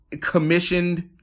commissioned